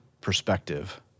perspective